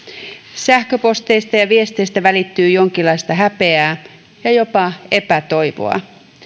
sähköposteista ja viesteistä välittyy jonkinlaista häpeää ja jopa epätoivoa